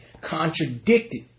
contradicted